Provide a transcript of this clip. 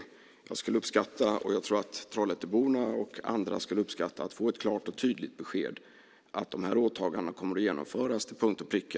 Jag skulle uppskatta - jag tror att Trollhätteborna och andra också skulle göra det - att få ett klart och tydligt besked om att de här åtagandena utan tidsfördröjning kommer att genomföras till punkt och pricka.